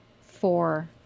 four